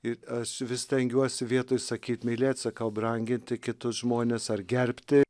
ir aš vis stengiuosi vietoj sakyt mylėt sakau branginti kitus žmones ar gerbti